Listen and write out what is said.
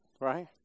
Right